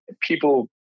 People